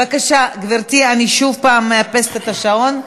בבקשה, גברתי, אני שוב מאפסת את השעון.